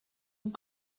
and